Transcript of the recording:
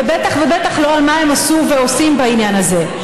ובטח ובטח לא על מה הם עשו ועושים בעניין הזה.